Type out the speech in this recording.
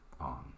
on